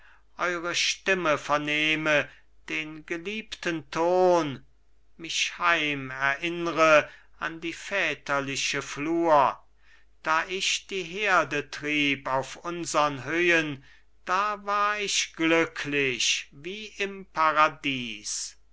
eure stimme vernehme den geliebten ton mich heim erinnre an die väterliche flur da ich die herde trieb auf unsern höhen da war ich glücklich wie im paradies